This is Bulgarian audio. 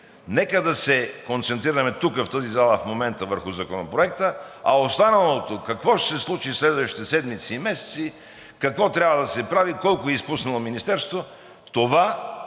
Нека да се концентрираме тук в тази зала в момента върху Законопроекта, а останалото – какво ще се случи в следващите седмици и месеци, какво трябва да се прави, колко е изпуснало Министерството, това ще